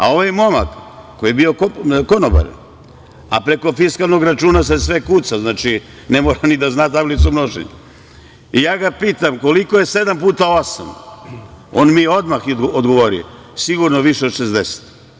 Ovaj momak koji je bio konobar, a preko fiskalnog računa se sve kuca, znači ne mora ni da zna tablicu množenja, ja ga pitam - koliko je sedam puta osam, on mi je odmah odgovorio - sigurno više od 60.